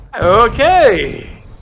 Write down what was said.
Okay